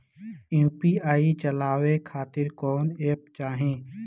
UPI चलवाए के खातिर कौन एप चाहीं?